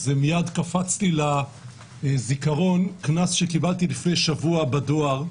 מייד קפץ לי לזיכרון קנס שקיבלתי לפני שבוע בדואר,